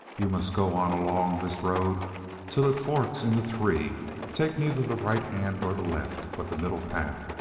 you must go on along this road till it forks into three take neither the right hand nor the left, but the middle path.